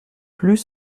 plus